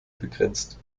begrenzt